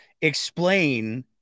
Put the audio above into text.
explain